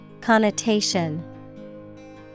Connotation